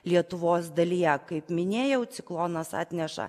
lietuvos dalyje kaip minėjau ciklonas atneša